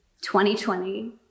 2020